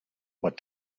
what